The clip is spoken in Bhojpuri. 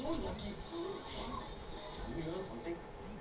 रउआ सभ बताई भिंडी क खेती कईसे होखेला?